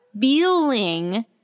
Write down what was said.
feeling